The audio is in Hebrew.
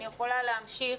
אני יכולה להמשיך.